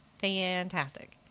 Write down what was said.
fantastic